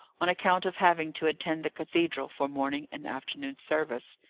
on account of having to attend the cathedral for morning and afternoon service.